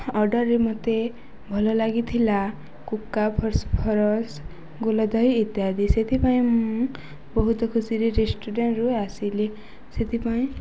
ଅର୍ଡ଼ରରେ ମୋତେ ଭଲ ଲାଗିଥିଲା କୁକା ଫସଫରସ ଗୁଲ ଦହି ଇତ୍ୟାଦି ସେଥିପାଇଁ ମୁଁ ବହୁତ ଖୁସିରେ ରେଷ୍ଟୁରାଣ୍ଟରୁ ଆସିଲି ସେଥିପାଇଁ